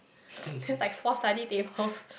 then was like four study tables